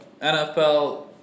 NFL